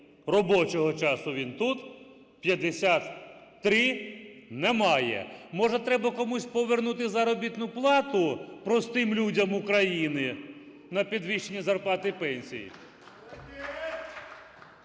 робочого часу він тут, 53 – немає. Може, треба комусь повернути заробітну плату простим людям України на підвищення зарплат і пенсій?